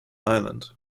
island